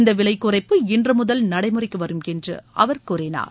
இந்த விலை குறைப்பு இன்று முதல் நடைமுறைக்கு வரும் என்று அவர் கூறினார்